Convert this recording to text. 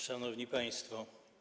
Szanowni Państwo!